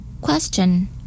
Question